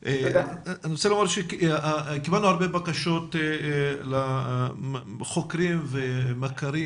אני רוצה לומר שקיבלנו הרבה בקשות מחוקרים ומכרים